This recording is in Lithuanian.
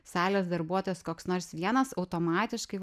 salės darbuotojas koks nors vienas automatiškai